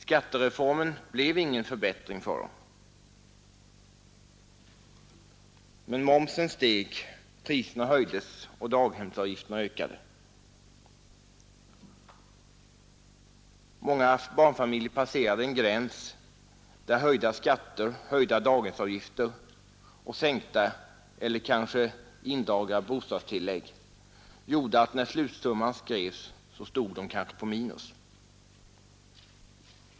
Skattereformen betydde ingen förbättring för dem. Momsen steg, priserna höjdes och daghemsavgifterna ökade. Många barnfamiljer passerade en gräns där höjda skatter, höjda daghemsavgifter och sänkta eller kanske indragna bostadstillägg gjorde att när slutsumman skrevs stod de eventuellt på minus.